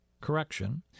correction